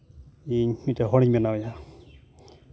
ᱤᱧ ᱢᱤᱫᱴᱮᱱ ᱦᱚᱲᱤᱧ ᱵᱮᱱᱟᱣᱮᱭᱟ